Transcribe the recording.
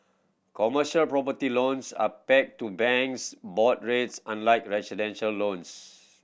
commercial property loans are peg to banks' board rates unlike residential loans